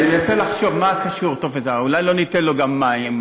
אני מנסה לחשוב מה קשור טופס 4. אולי לא ניתן לו גם מים?